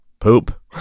poop